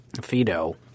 Fido